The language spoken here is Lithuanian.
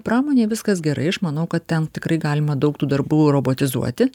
pramonėj viskas gerai aš manau kad ten tikrai galima daug tų darbų robotizuoti